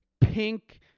pink